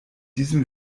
diesem